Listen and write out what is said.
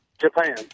Japan